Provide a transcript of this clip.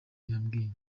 yambwiye